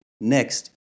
next